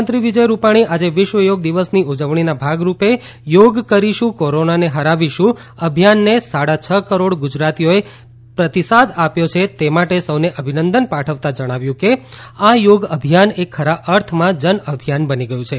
મુખ્યમંત્રી વિજય રૂપાણી આજે વિશ્વ યોગ દિવસની ઉજવણીના ભાગરૂપે યોગ કરીશું કોરોનાને હરાવીશું અભિયાનને સાડા છ કરોડ ગુજરાતીઓએ પ્રતિસાદ આપ્યો છે તે માટે સૌને અભિનંદન પાઠવતા જણાવ્યું કે આ યોગ અભિયાન એ ખરા અર્થમાં જન અભિયાન બની ગયું છે